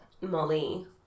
Molly